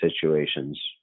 situations